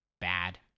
bad